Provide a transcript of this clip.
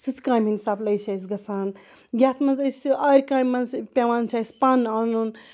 سٕژ کامہِ ہِنٛد سَپلَے چھِ اَسہِ گَژھان یَتھ مَنٛز أسۍ آرِ کامہِ مَنٛز پیٚوان چھُ اَسہِ پَن اَنُن